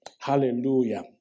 Hallelujah